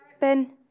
Ben